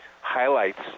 highlights